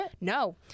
no